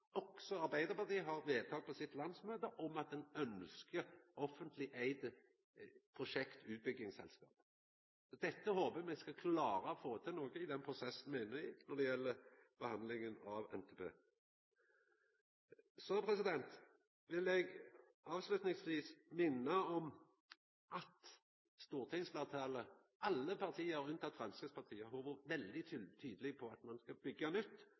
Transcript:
også eit vedtak frå sitt landsmøte om at ein ønskjer eit offentleg eigd prosjektutbyggingsselskap. Dette håpar eg me skal klara å få til noko på, i den prosessen me er inne i, når det gjeld behandlinga av NTP. Til slutt vil eg minna om at stortingsfleirtalet – alle partia unntatt Framstegspartiet – har vore veldig tydelege på at når ein skal byggja nytt,